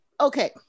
Okay